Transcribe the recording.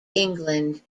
england